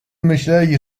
myśleli